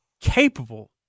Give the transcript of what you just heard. capable